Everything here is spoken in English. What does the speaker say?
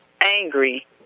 angry